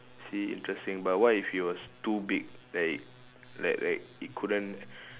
see interesting but what if it was too big like like like it couldn't